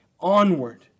Onward